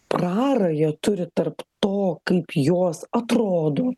prarają turi tarp to kaip jos atrodo